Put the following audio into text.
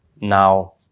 now